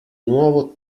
nuovo